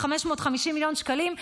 550 מיליון שקלים,